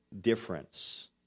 difference